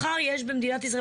מחר יש במדינת ישראל,